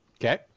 Okay